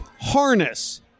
harness